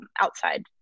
outside